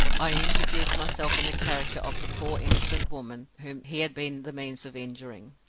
i introduced myself in the character of the poor innocent woman whom he had been the means of injuring.